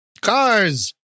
cars